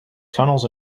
tunnels